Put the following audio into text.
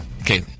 Okay